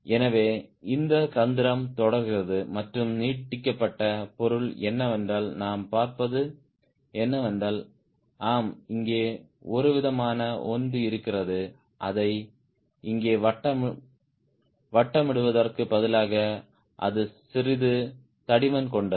எனவே இந்த தந்திரம் தொடர்கிறது மற்றும் நீட்டிக்கப்பட்ட பொருள் என்னவென்றால் நாம் பார்ப்பது என்னவென்றால் ஆம் இங்கே ஒருவிதமான ஒன்று இருக்கிறது அதை இங்கே வட்டமிடுவதற்கு பதிலாக அது சிறிது தடிமன் கொண்டது